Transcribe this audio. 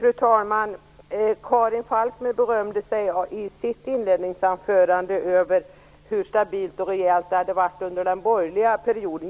Fru talman! Karin Falkmer berömde sig i sitt inledningsanförande av hur stabilt och rejält det hade varit under den borgerliga perioden.